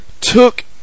took